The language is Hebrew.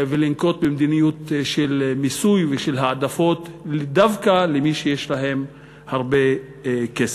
ולנקוט מדיניות של מיסוי ושל העדפות דווקא למי שיש להם הרבה כסף.